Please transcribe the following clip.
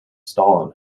stalin